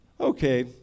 okay